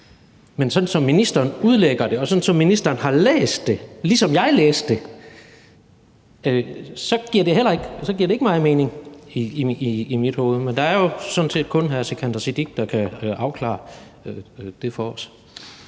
men sådan som ministeren udlægger det, og sådan som ministeren har læst det, ligesom jeg læste det, så giver det ikke meget mening i mit hoved, men der er jo sådan set kun hr. Sikandar Siddique, der kan afklare det for os.